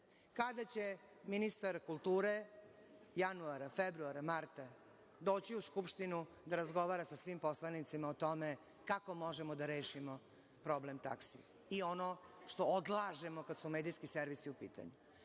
kada će ministar kulture, januara, februara, marta, doći u Skupštinu da razgovara o svim poslanicima o tome kako možemo da rešimo problem taksi, i ono što odlažemo, kada su medijski servisi u pitanju.